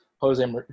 Jose